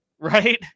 right